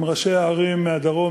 עם ראשי ערים מהדרום,